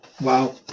Wow